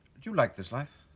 do you like this life?